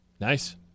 Nice